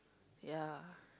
ya